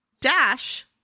dash